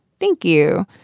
thank you.